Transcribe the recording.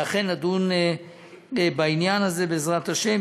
ואכן נדון בעניין הזה, בעזרת השם.